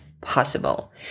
possible